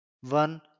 one